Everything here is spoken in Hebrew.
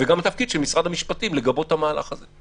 וגם התפקיד של משרד המשפטים לגבות את המהלך הזה.